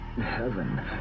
Heaven